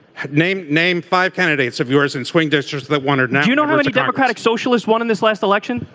name name five candidates of yours in swing districts that wondered now you don't know what a democratic socialist won in this last election.